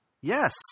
Yes